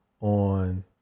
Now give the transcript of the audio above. on